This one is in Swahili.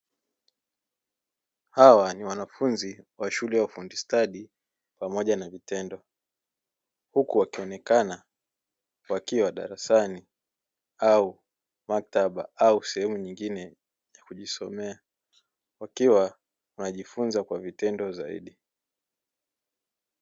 Hawa ni wanafunzi wa shule ya ufundi stadi pamoja na vitendo, huku wakionekana wakiwa darasani au maktaba au sehemu nyingine ya kujisomea, wakiwa wanajifunza kwa vitendo zaidi.